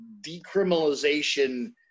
decriminalization